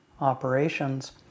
operations